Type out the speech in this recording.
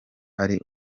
ari